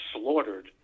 slaughtered